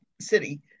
city